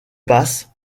passe